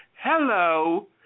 Hello